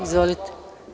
Izvolite.